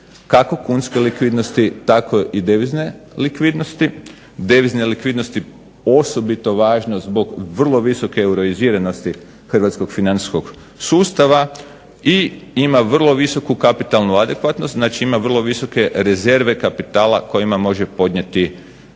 kako kunske likvidnosti tako i devizne likvidnosti, devizne likvidnosti osobito važno zbog vrlo visoke … Hrvatskog financijskog sustava i ima vrlo visoku kapitalnu adekvatnost ima vrlo visoke rezerve kapitala kojima može podnijeti